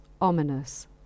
ominous